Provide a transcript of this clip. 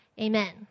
Amen